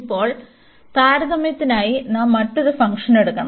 ഇപ്പോൾ താരതമ്യത്തിനായി നാം മറ്റൊരു ഫംഗ്ഷൻ എടുക്കണം